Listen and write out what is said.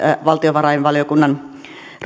valtiovarainvaliokunnan